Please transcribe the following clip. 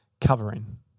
covering